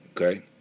okay